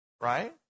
right